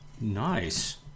Nice